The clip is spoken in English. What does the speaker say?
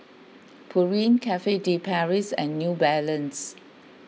Pureen Cafe De Paris and New Balance